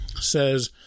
says